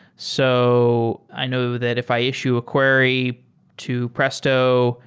so i know that if i issue a query to presto,